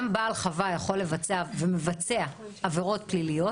גם בעל חווה יכול לבצע ומבצע עבירות פליליות,